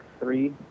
three